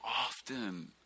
often